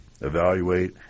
evaluate